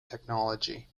technology